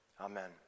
Amen